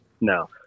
no